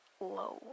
low